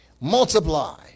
multiply